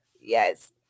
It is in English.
Yes